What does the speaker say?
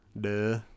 Duh